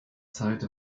zeit